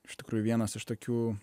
iš tikrųjų vienas iš tokių